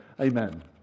amen